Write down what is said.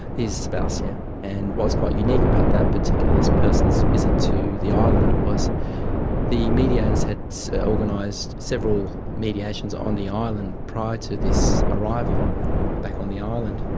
his spouse. yeah and what was quite unique about that particular person's visit to the island was the mediators had organised several mediations on the island prior to this arrival back on the island,